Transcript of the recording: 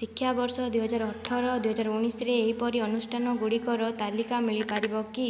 ଶିକ୍ଷାବର୍ଷ ଦୁଇହଜାର ଅଠର ଦୁଇହଜାର ଉଣେଇଶରେ ଏହିପରି ଅନୁଷ୍ଠାନ ଗୁଡ଼ିକର ତାଲିକା ମିଳିପାରିବ କି